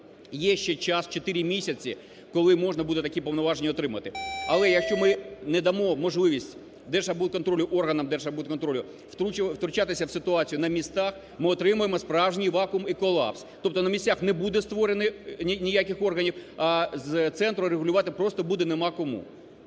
є ще час, чотири місяці, коли можна буде такі повноваження отримати. Але, якщо ми не дамо можливість Держархбудконтролю, органам Держархбудконтролю втручатись в ситуацію на містах, ми отримаємо справжній вакуум і колапс. Тобто на місцях не буде створено ніяких органів, а з центру регулювати просто буде нема кому.